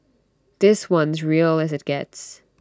this one's real as IT gets